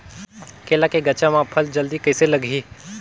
केला के गचा मां फल जल्दी कइसे लगही?